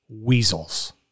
weasels